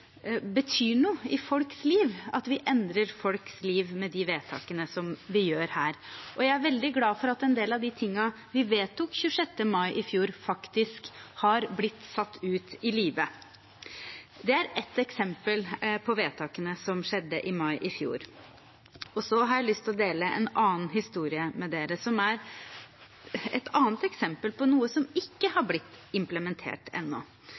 betyr noe i folks liv, og at vi endrer folks liv med de vedtakene vi gjør her. Jeg er veldig glad for at en del av det vi vedtok den 26. mai i fjor, faktisk har blitt satt ut i livet. Det var ett eksempel på vedtakene som skjedde i mai i fjor. Jeg har lyst å dele en annen historie med dere som er et eksempel på noe som ikke har blitt implementert ennå.